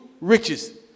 riches